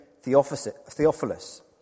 Theophilus